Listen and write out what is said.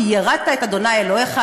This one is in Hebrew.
כי יראת את ה' אלוהיך,